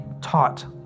taught